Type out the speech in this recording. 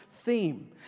theme